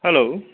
hello